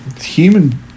human